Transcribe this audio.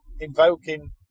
invoking